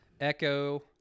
echo